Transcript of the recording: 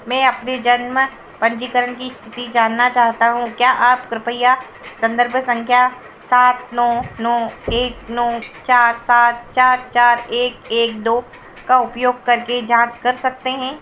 मैं अपने जन्म पंजीकरण की स्थिति जानना चाहता हूँ क्या आप कृपया संदर्भ संख्या सात नौ नौ एक नौ चार सात चार चार एक एक दो का उपयोग करके जाँच कर सकते हैं